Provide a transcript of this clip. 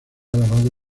alabado